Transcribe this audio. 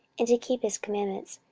and to keep his commandments,